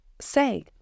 say